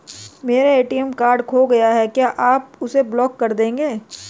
मेरा ATM card खो गया है क्या आप उसे ब्लॉक कर देंगे?